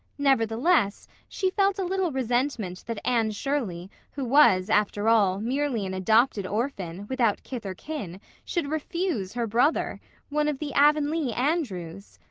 nevertheless, she felt a little resentment that anne shirley, who was, after all, merely an adopted orphan, without kith or kin, should refuse her brother one of the avonlea andrews.